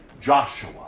Joshua